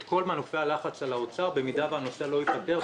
כל מנופי הלחץ על משרד האוצר במידה והנושא לא ייפתר.